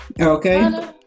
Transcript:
okay